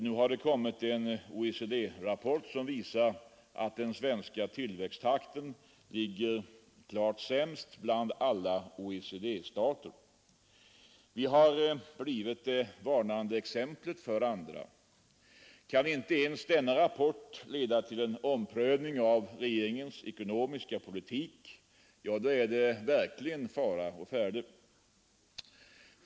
Nu har det kommit en OECD-rapport som visar att den svenska tillväxttakten ligger klart sämst bland alla OECD-stater. Vi har blivit det varnande exemplet för andra. Kan inte ens denna rapport leda till en omprövning av regeringens ekonomiska politik — ja, då är det verkligen fara å färde.